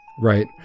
right